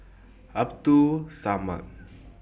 Abdul Samad